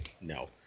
No